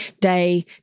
day